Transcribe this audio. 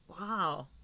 Wow